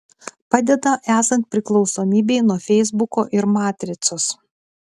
padeda esant priklausomybei nuo feisbuko ir matricos